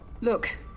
look